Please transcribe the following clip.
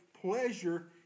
pleasure